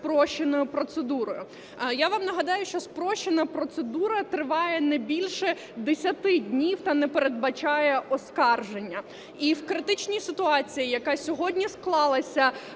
спрощеною процедурою. Я вам нагадаю, що спрощена процедура триває не більше 10 днів та не передбачає оскарження. І в критичній ситуації, яка сьогодні склалася